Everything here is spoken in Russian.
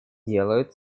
делают